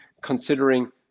considering